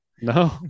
no